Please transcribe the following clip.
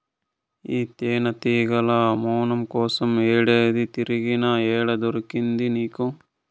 ఈ తేనెతీగల మైనం కోసం ఏడేడో తిరిగినా, ఏడ దొరికింది నీకు